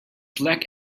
black